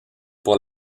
pour